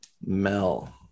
Mel